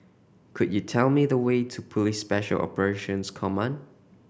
could you tell me the way to Police Special Operations Command